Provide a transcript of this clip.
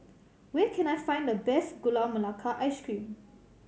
where can I find the best Gula Melaka Ice Cream